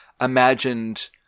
imagined